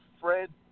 Fred